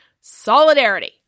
Solidarity